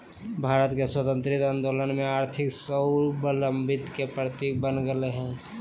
भारत के स्वतंत्रता आंदोलन में आर्थिक स्वाबलंबन के प्रतीक बन गेलय हल